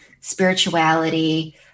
spirituality